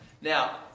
Now